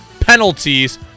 penalties